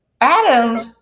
Adams